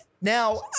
Now